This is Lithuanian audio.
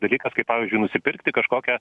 dalykas kaip pavyzdžiui nusipirkti kažkokią